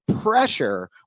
pressure